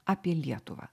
apie lietuvą